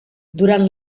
durant